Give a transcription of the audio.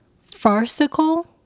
Farcical